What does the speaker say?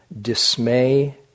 dismay